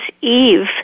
Eve